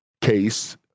case